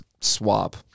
swap